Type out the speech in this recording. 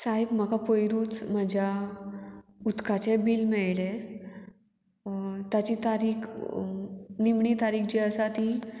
सायब म्हाका पयरूच म्हज्या उदकाचे बील मेळ्ळें ताची तारीख निमणी तारीख जी आसा ती